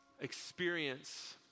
experience